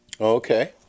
Okay